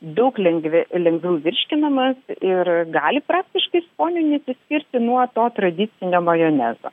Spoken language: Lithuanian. daug lengve lengviau virškinamas ir gali praktiškai skoniu nesiskirti nuo to tradicinio majonezo